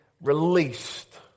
released